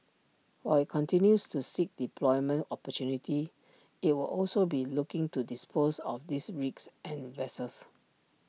while IT continues to seek deployment opportunities IT will also be looking to dispose of these rigs and vessels